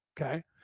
Okay